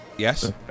Yes